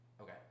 Okay